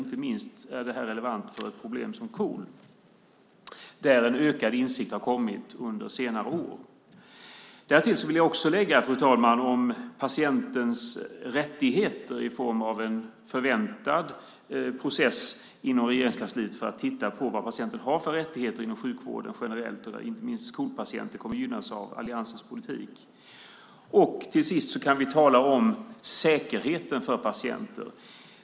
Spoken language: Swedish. Inte minst är detta relevant för ett problem som KOL där en ökad insikt har kommit under senare år. Fru talman! Därtill vill jag säga något om patientens rättigheter i form av en förväntad process inom Regeringskansliet för att titta på vilka rättigheter som patienterna har inom sjukvården generellt. Inte minst KOL-patienter kommer att gynnas av alliansens politik. Till sist kan vi tala om säkerheten för patienter.